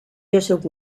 joseph